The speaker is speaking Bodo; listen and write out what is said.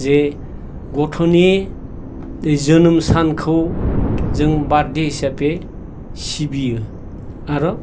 जे गथ'नि जोनोम सानखौ जों बार्डे हिसाबै सिबियो आर'